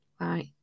right